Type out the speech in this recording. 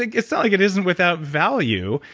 like it's not like it isn't without value.